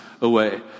away